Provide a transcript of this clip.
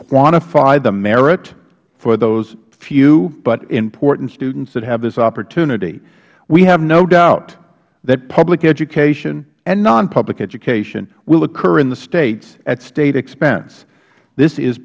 quantify the merit for those few but important students that have this opportunity we have no doubt that public education and nonpublic education will occur in the states at state expense this is